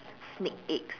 snake eggs